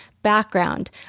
Background